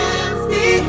empty